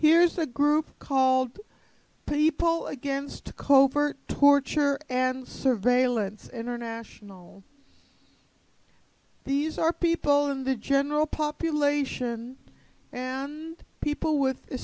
here's a group called people against covert torture and surveillance international these are people in the general population and people with